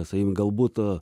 sakykim galbūt